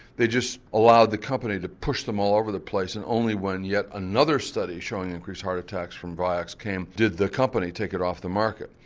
they just allowed the company to push them all over the place and only when yet another study showing increased heart attacks from vioxx came, did the company take it off the market.